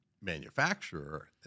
manufacturer